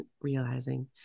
realizing